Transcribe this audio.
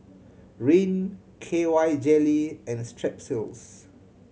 Rene K Y Jelly and Strepsils